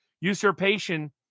usurpation